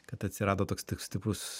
kad atsirado toks stiprus